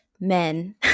men